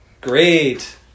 Great